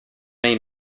may